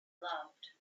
loved